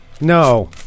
No